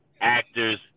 actors